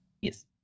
Yes